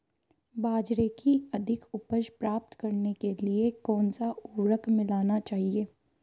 बाजरे की अधिक उपज प्राप्त करने के लिए कौनसा उर्वरक मिलाना चाहिए?